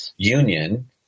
union